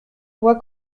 voit